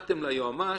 הלכתם ליועמ"ש,